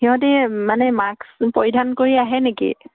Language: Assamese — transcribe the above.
সিহঁতে মানে মাস্ক পৰিধান কৰি আহে নেকি